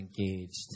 engaged